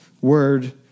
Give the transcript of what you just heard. word